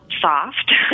soft